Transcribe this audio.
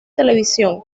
televisión